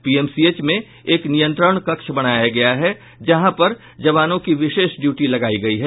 PMCH में एक नियंत्रण कक्ष बनाया गया है जहां पर जवानों की विशेष ड्यूटी लगायी गयी है